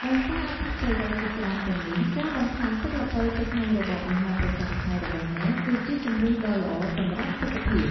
ដោយសារអត្ថប្រយោជន៍ជាច្រើនទាំងនេះ ការបន្ថែមទឹកល្ពៅទៅក្នុងរបបអាហារប្រចាំថ្ងៃរបស់អ្នក គឺជាជម្រើសដ៏ល្អសម្រាប់សុខភាព។